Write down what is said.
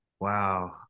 Wow